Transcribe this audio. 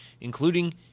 including